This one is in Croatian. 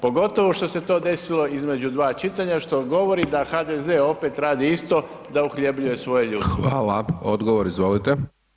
Pogotovo što se to desilo između dva čitanja što govori da HDZ opet radi isto, da uhljebljuje svoje ljude.